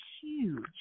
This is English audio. huge